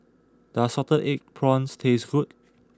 does Salted Egg Prawns taste good